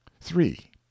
three